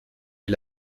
est